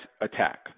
attack